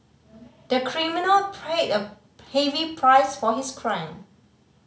the criminal paid a heavy price for his crime